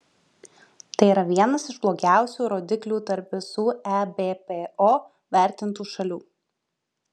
tai yra vienas iš blogiausių rodiklių tarp visų ebpo vertintų šalių